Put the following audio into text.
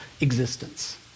existence